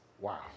Wow